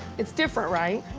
it's different, right?